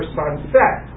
sunset